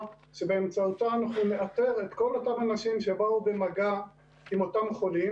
שבאמצעותה אנחנו נאתר את כל אותם אנשים שבאו במגע עם אותם חולים